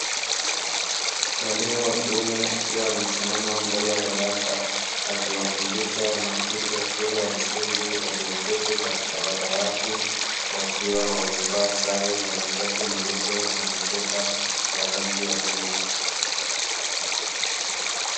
Mwalimu wa kiume akiwa amesimama mbele ya darasa akiwafundisha wanafunzi wa shule ya msingi walioketi katika madawati, wakiwa wamevaa sare za mashati meupe na masweta ya rangi ya bluu.